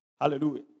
Hallelujah